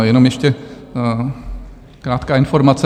Jenom ještě krátká informace.